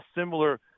similar